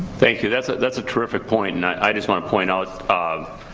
thank you, that's ah that's a terrific point, and i just want to point out, um